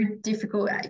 difficult